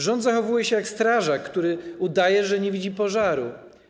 Rząd zachowuje się jak strażak, który udaje, że nie widzi pożaru.